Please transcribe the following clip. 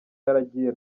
yaragiye